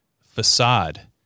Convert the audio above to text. facade